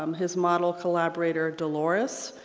um his model-collaborator dolores,